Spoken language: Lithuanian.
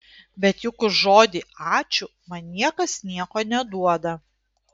bet juk už žodį ačiū man niekas nieko neduoda